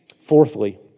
Fourthly